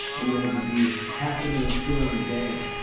and you had to be happening and still in the game.